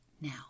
Now